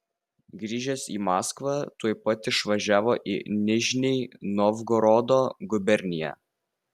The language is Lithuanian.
grįžęs į maskvą tuoj pat išvažiavo į nižnij novgorodo guberniją